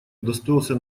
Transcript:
удостоился